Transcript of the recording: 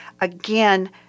Again